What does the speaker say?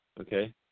Okay